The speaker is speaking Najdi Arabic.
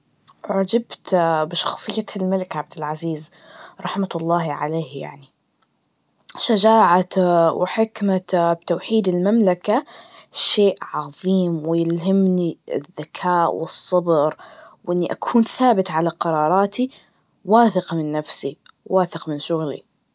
أعجبت بشخصية الملك عبدالعزيز, رحمة الله عليه يعني, شجاعته, وحكمته بتوحيد المملكة, شيء عظيم ويلهمني الذككاء والصبر, واني أكون ثابت على قراراتي, واثق من نفسي, واثق من شغلي.